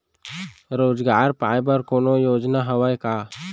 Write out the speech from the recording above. रोजगार पाए बर कोनो योजना हवय का?